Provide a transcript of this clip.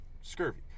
scurvy